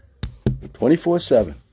24-7